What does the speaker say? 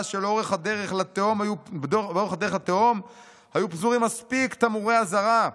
שלאורך הדרך לתהום היו פזורים מספיק תמרורי אזהרה,